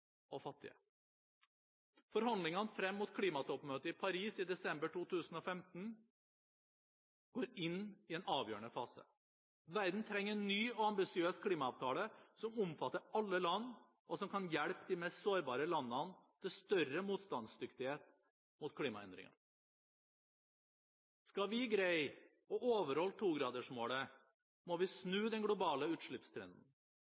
Forhandlingene frem mot klimatoppmøtet i Paris i desember 2015 går inn i en avgjørende fase. Verden trenger en ny og ambisiøs klimaavtale som omfatter alle land, og som kan hjelpe de mest sårbare landene til større motstandsdyktighet mot klimaendringene. Skal vi greie å overholde 2-gradersmålet, må vi